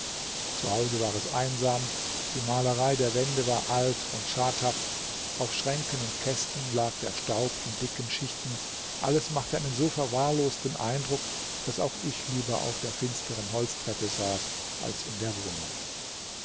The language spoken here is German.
zu hause war es einsam die malerei der wände war alt und schadhaft auf schränken und kästen lag der staub in dicken schichten alles machte einen so verwahrlosten eindruck daß auch ich lieber auf der finsteren holztreppe saß als in der wohnung